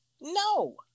no